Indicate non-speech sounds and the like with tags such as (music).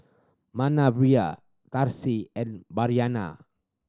Manervia (unintelligible) and Bryanna